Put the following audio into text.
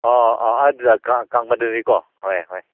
ꯑꯣ ꯑꯣ ꯑꯗꯨꯗ ꯀꯥꯝꯒꯗꯣꯏꯅꯤꯀꯣ ꯍꯣꯏ ꯍꯣꯏ